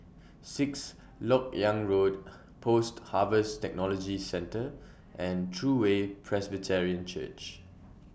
Sixth Lok Yang Road Post Harvest Technology Centre and True Way Presbyterian Church